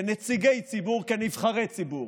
כנציגי ציבור, כנבחרי ציבור,